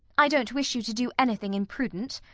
i don't wish you to do anything imprudent.